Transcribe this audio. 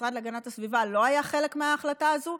המשרד להגנת הסביבה לא היה חלק מההחלטה הזו.